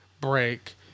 break